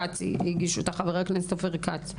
גם חבר הכנסת אופיר כץ,